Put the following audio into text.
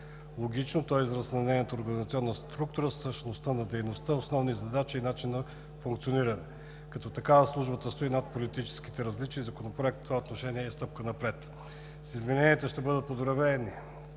логично. То е израз на нейната организационна структура, същност на дейността, основни задачи и начин на функциониране. Като такава, Службата стои над политическите различия и Законопроектът в това отношение е стъпка напред. С измененията ще бъдат подобрени